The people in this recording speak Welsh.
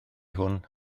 hwn